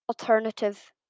alternative